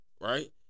right